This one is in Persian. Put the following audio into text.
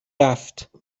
رفت